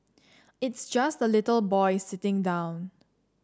it's just a little boy sitting down